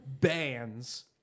bands